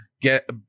get